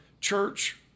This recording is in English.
church